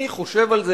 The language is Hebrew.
מי חושב על זה?